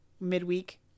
midweek